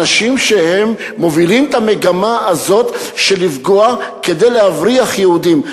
אנשים שמובילים את המגמה הזאת של לפגוע כדי להבריח יהודים.